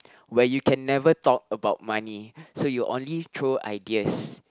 where you can never talk about money so you only throw ideas